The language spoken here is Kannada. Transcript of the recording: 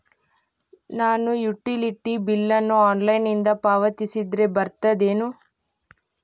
ನಾನು ಯುಟಿಲಿಟಿ ಬಿಲ್ ನ ಆನ್ಲೈನಿಂದ ಪಾವತಿಸಿದ್ರ ಬರ್ತದೇನು?